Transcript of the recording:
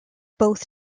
both